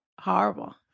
Horrible